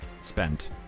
spent